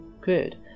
Good